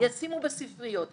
ישימו בספריות.